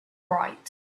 right